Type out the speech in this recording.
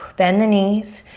bend the knees.